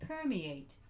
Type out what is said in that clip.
permeate